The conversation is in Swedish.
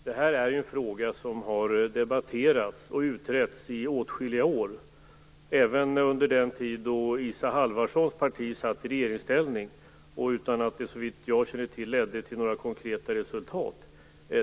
Fru talman! Den här frågan har debatterats och utretts i åtskilliga år. Det skedde även under den tid då Isa Halvarssons parti satt i regeringsställning, utan att det så vitt jag känner till ledde till några konkreta resultat.